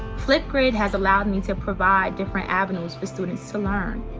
flipgrid has allowed me to provide different avenues for students to learn.